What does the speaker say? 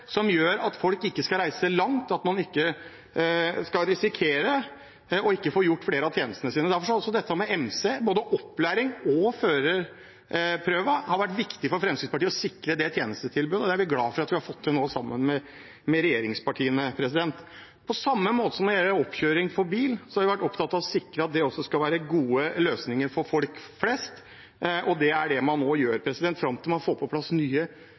som gjør at folk ikke skal reise langt, at man ikke skal risikere ikke å få utført flere av tjenestene. Derfor har også tjenestetilbudet for MC, både opplæring og førerprøven, vært viktig for Fremskrittspartiet å sikre, og det er vi glad for at vi nå har fått til, sammen med regjeringspartiene. Det er på samme måte når det gjelder oppkjøring for bil. Vi har vært opptatt av å sikre at det skal være gode løsninger for folk flest, og det er det man nå gjør, fram til man får på plass nye,